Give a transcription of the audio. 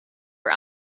for